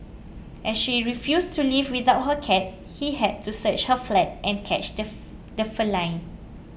as she refused to leave without her cat he had to search her flat and catch the the feline